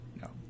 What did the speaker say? No